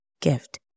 gift